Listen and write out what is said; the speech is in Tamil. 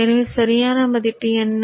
எனவே சரியான மதிப்பு என்ன